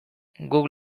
guk